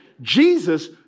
Jesus